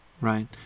right